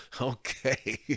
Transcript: Okay